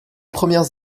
premières